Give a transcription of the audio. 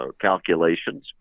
calculations